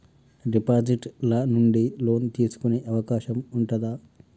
Deposit ల నుండి loan తీసుకునే అవకాశం ఉంటదా?